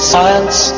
Science